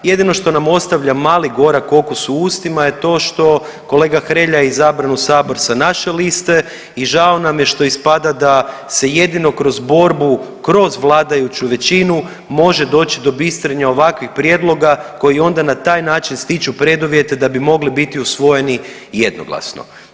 Jedino što nam ostavlja mali gorak okus u ustima je to što je kolega Hrelja izabran u Sabor sa naše liste i žao nam je što ispada da se jedino kroz borbu kroz vladajuću većinu može doći do bistrenja ovakvih prijedloga koji onda na taj način stiču preduvjete da bi mogli biti usvojeni jednoglasno.